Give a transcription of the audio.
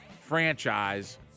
franchise